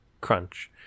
Crunch